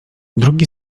drugi